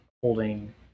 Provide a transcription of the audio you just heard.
holding